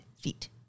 feet